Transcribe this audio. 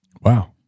Wow